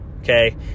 Okay